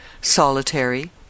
solitary